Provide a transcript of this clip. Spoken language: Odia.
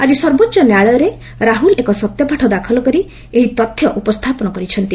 ଆଜି ସର୍ବୋଚ୍ଚ ନ୍ୟାୟାଳୟରେ ରାହୁଲ୍ ଏକ ସତ୍ୟପାଠ ଦାଖଲ କରି ଏହି ତଥ୍ୟ ଉପସ୍ଥାପନ କରିଛନ୍ତି